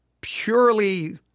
purely